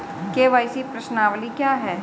KYC प्रश्नावली क्या है?